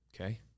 Okay